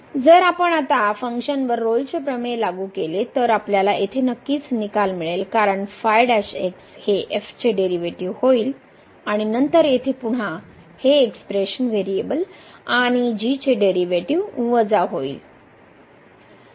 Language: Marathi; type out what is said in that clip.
जर आपण आता फंक्शनवर रोल्सचे प्रमेय लागू केले तर आपल्याला येथे नक्कीच निकाल मिळेल कारण ϕ हे f चे डेरीवेटीव होईल आणि नंतर येथे पुन्हा हे एक्सप्रेशन व्हेरिएबल आणि चे डेरीवेटीव वजा होईल